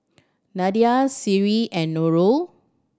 Nadia Seri and Nurul